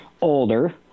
older